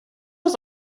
das